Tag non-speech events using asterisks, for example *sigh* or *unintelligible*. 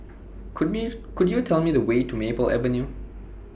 Could Me *unintelligible* Could YOU Tell Me The Way to Maple Avenue